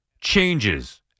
changes